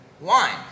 wine